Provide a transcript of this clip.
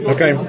Okay